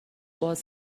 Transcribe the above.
باز